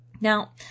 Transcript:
Now